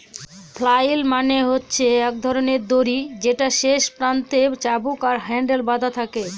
flail মানে হচ্ছে এক ধরনের দড়ি যেটার শেষ প্রান্তে চাবুক আর হ্যান্ডেল বাধা থাকে